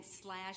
slash